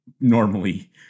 normally